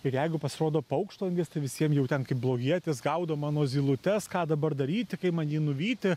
ir jeigu pasirodo paukštvanagis tai visiem jau ten kaip blogietis gaudo mano zylutes ką dabar daryti kai man jį nuvyti